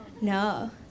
No